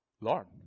Lord